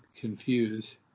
confuse